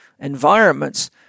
environments